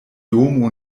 domo